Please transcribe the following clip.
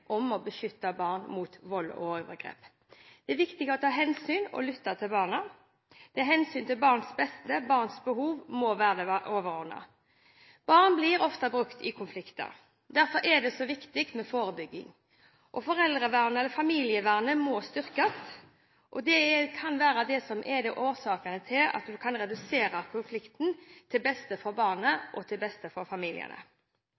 å beskytte barn mot vold og overgrep. Det er viktig å ta hensyn og lytte til barna. Det er hensynet til barnets beste og barnets behov som må være det overordnede. Barn blir ofte brukt i konflikter. Derfor er det så viktig med forebygging. Familievernet må styrkes, og det kan være det som er noe av årsaken til at man kan redusere konflikten – til beste for